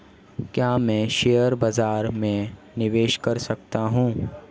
क्या मैं शेयर बाज़ार में निवेश कर सकता हूँ?